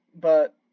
but-